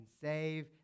save